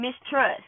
mistrust